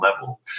level